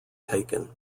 taken